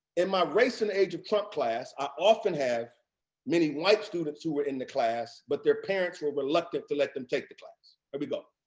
in my race in the age of trump class, i often have many white students who were in the class, but their parents were reluctant to let them take the class. here we go.